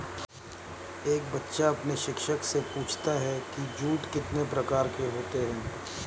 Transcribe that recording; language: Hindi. एक बच्चा अपने शिक्षक से पूछता है कि जूट कितने प्रकार के होते हैं?